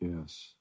yes